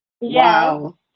Wow